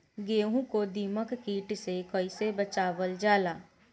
गेहूँ को दिमक किट से कइसे बचावल जाला?